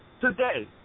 today